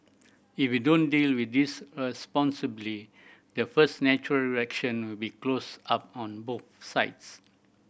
if we don't deal with this responsibly the first natural reaction will be close up on both sides